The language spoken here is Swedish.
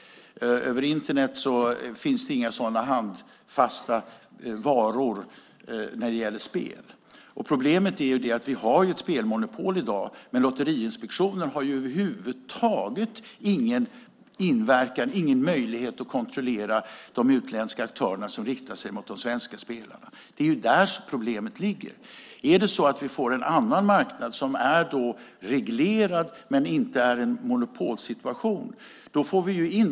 Över Internet finns det inga sådana handfasta varor när det gäller spel. Problemet är att vi har ett spelmonopol i dag. Men Lotteriinspektionen har över huvud taget ingen inverkan och ingen möjlighet att kontrollera de utländska aktörerna som riktar sig till de svenska spelarna. Det är där problemet finns. Får vi en annan marknad som är reglerad men inte ett monopol får vi in andra företag.